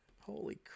holy